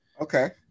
Okay